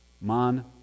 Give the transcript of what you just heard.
man